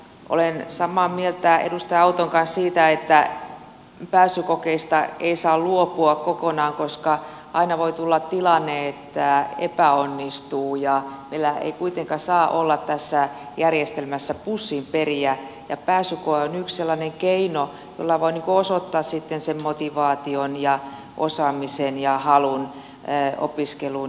olen samaa mieltä edustaja auton kanssa siitä että pääsykokeista ei saa luopua kokonaan koska aina voi tulla tilanne että epäonnistuu ja meillähän ei kuitenkaan saa olla tässä järjestelmässä pussinperiä ja pääsykoe on yksi sellainen keino jolla voi osoittaa sitten sen motivaation ja osaamisen ja halun opiskeluun